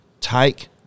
take